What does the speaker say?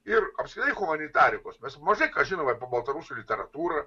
ir apskritai humanitarikos mes mažai ką žinom apie baltarusių literatūrą